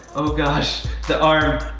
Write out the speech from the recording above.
oh gosh, the arm.